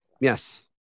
Yes